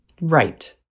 Right